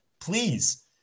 please